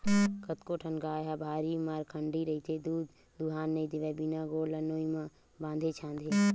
कतको ठन गाय ह भारी मरखंडी रहिथे दूद दूहन नइ देवय बिना गोड़ ल नोई म बांधे छांदे